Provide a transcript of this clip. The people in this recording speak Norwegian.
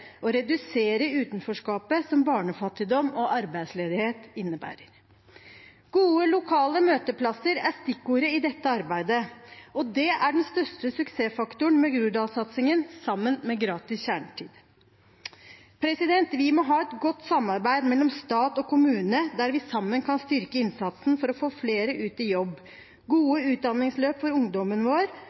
og redusere utenforskapet som barnefattigdom og arbeidsledighet innebærer. Gode lokale møteplasser er stikkordet i dette arbeidet, og det er den største suksessfaktoren med Groruddalssatsingen – sammen med gratis kjernetid. Vi må ha et godt samarbeid mellom stat og kommune, der vi sammen kan styrke innsatsen for å få flere ut i jobb, ha gode utdanningsløp for ungdommen vår